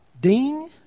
ding